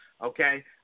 okay